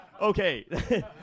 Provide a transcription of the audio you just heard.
Okay